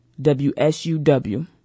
WSUW